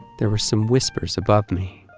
there were some whispers above me.